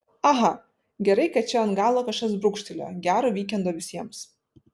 aha gerai kad čia ant galo kažkas brūkštelėjo gero vykendo visiems